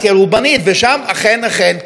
שם אכן קיימת סכנה,